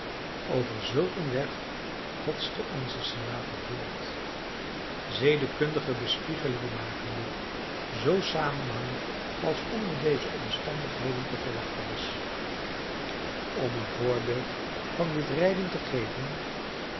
over zulk een weg hotste onze senator voort zedekundige bespiegelingen makende zoo samenhangend als onder deze omstandigheden te verwachten was om een voorbeeld van dit rijden te geven